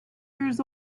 years